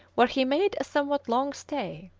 where he made a somewhat long stay.